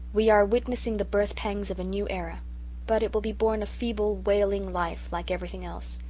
we are witnessing the birth-pangs of a new era but it will be born a feeble, wailing life like everything else.